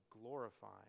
glorifying